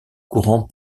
courant